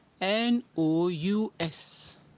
N-O-U-S